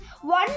one